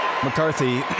McCarthy